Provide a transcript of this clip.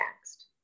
next